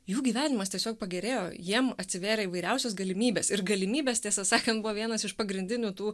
jų gyvenimas tiesiog pagerėjo jiem atsivėrė įvairiausios galimybės ir galimybės tiesą sakant buvo vienas iš pagrindinių tų